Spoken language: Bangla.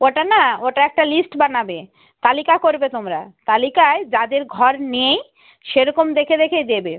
ওটা না ওটা একটা লিস্ট বানাবে তালিকা করবে তোমরা তালিকায় যাদের ঘর নেই সেরকম দেখে দেখে দেবে